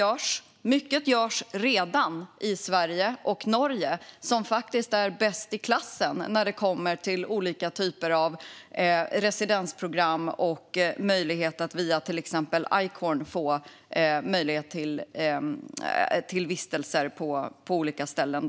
Mycket görs redan. Sverige och Norge är faktiskt bäst i klassen när det kommer till olika typer av residensprogram och möjligheter att via till exempel Icorn vistas på olika ställen.